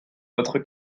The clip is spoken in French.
votre